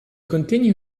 continue